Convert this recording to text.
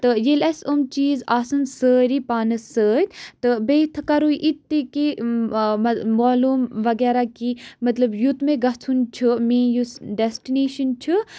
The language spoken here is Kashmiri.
تہٕ ییٚلہِ اَسہِ أمۍ چیٖز آسَن سٲری پانَس سۭتۍ تہٕ بیٚیہِ تھٔکو یہِ تہِ کہِ معلوٗم وَغیرہ کہِ مطلب یُتھ مےٚ گَژھُن چھُ میٲنۍ یُس ڈیسٹِنیشَن چھُ